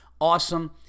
Awesome